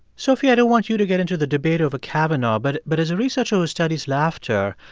sophie, i don't want you to get into the debate over kavanaugh, but but as a researcher who studies laughter,